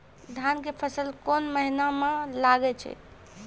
धान के फसल कोन महिना म लागे छै?